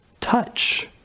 touch